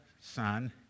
son